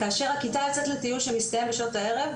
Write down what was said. כאשר הכיתה יוצאת לטיול שמסתיים בשעות הערב,